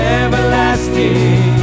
everlasting